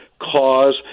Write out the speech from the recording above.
cause